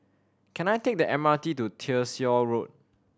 can I take the M R T to Tyersall Road